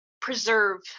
preserve